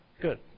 Good